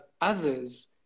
others